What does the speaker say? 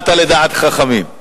קלעת לדעת חכמים.